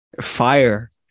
fire